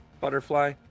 butterfly